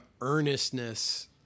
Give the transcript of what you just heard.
earnestness